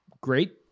great